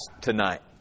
tonight